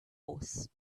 horse